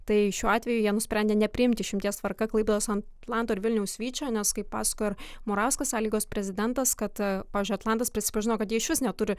tai šiuo atveju jie nusprendė nepriimti išimties tvarka klaipėdos atlanto ir vilniaus vyčio nes kaip pasakojo ir murauskas sąlygos prezidentas kad pavyzdžiui atlantas prisipažino kad jie išvis neturi